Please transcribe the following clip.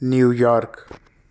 New York